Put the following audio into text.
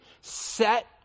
set